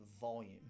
volume